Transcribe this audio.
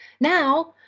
now